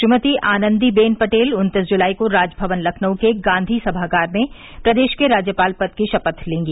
श्रीमती आनंदी बेन पटेल उन्तीस जुलाई को राजभवन लखनऊ के गांधी सभागार में प्रदेश के राज्यपाल पद की शपथ लेंगी